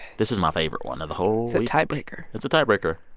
this is my favorite one of the whole. so tiebreaker it's a tiebreaker.